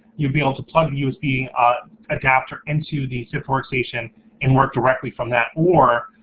you would be able to plug the usb adapter into the sift workstation and work directly from that, or,